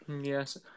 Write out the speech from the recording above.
Yes